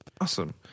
Awesome